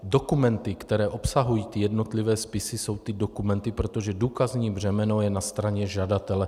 Dokumenty, které obsahují jednotlivé spisy, jsou ty dokumenty, protože důkazní břemeno je na straně žadatele.